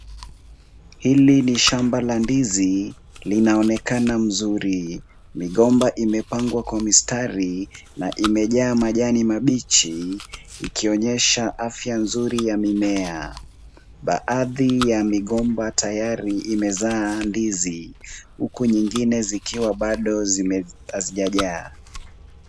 Hili ni shamba la ndizi, linaoneka mzuri. Migomba imepangwa kwa mistari na imejaa majani mabichi, ikionyesha afya nzuri ya mimea. Baadhi ya migomba tayari imezaa ndizi huku nyingine zikiwa bado hazijajaa.